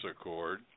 Accord